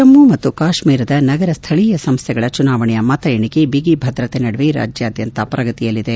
ಜಮ್ಮು ಮತ್ತು ಕಾಶ್ಮೀರದ ನಗರ ಸ್ಥಳೀಯ ಸಂಸ್ತೆಗಳ ಚುನಾವಣೆಯ ಮತ ಎಣಿಕೆ ಬಿಗಿಭದ್ರತೆ ನದುವೆ ರಾಜ್ನಾದ್ಯಂತ ಪ್ರಗತಿಯಲ್ಲಿದೆ